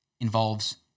involves